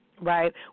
right